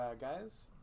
guys